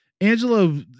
Angelo